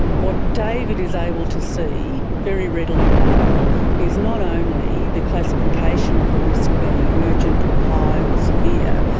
what david is able to see very readily now is not only the classification of the risk being urgent or high or severe,